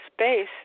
space